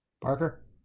Parker